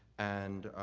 and